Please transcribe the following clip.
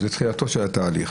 זהו תחילתו של התהליך.